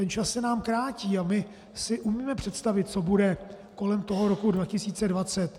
Čas se nám krátí a my si umíme představit, co bude kolem roku 2020.